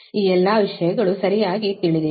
ಈ ಎಲ್ಲ ವಿಷಯಗಳು ಸರಿಯಾಗಿ ತಿಳಿದಿವೆ